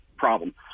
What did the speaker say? problem